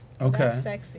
okay